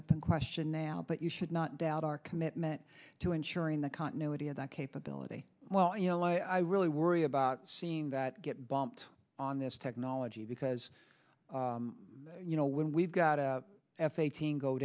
open question now but you should not doubt our commitment to ensuring the continuity of that capability well you know i really worry about seeing that get bumped on this technology because you know when we've got a f eighteen go